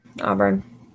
Auburn